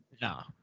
No